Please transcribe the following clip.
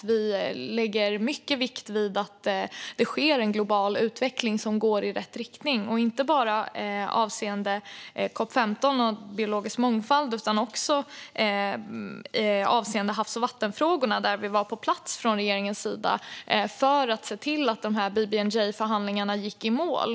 Regeringen lägger mycket vikt vid att det sker en global utveckling som går i rätt riktning, inte bara avseende COP 15 och biologisk mångfald utan också avseende havs och vattenfrågorna där vi var på plats från regeringens sida för att se till att BBNJ-förhandlingarna gick i mål.